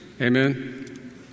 Amen